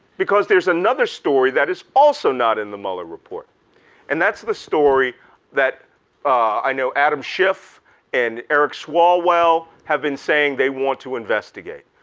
because there's another story that is also not in the mueller report and that's the story that i know adam schiff and eric swalwell have been saying they want to investigate.